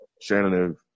Shannon